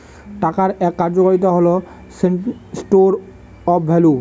টাকার এক কার্যকারিতা হল স্টোর অফ ভ্যালু